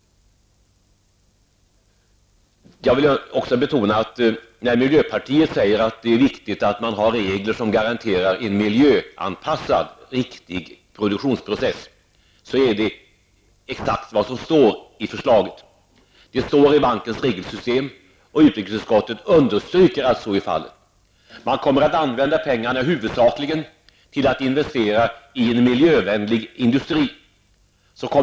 Jag vill också betona att när miljöpartiet säger att det är viktigt att man har regler som garanterar en miljöanpassad och riktig produktionsprocess är det exakt vad som står i förslaget, och det står i bankens regelsystem. Utrikesutskottet understryker att så är fallet. Man kommer att använda pengarna huvudsakligen till att investera i miljövänlig industri.